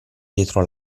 dietro